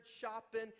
shopping